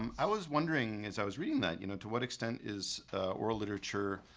um i was wondering as i was reading that you know to what extent is oral literature